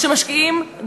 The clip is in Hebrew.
שמשקיעים,